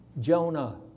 Jonah